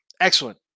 excellent